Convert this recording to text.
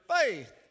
faith